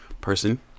person